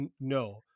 no